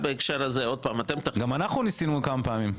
גם אנחנו ניסינו כמה פעמים.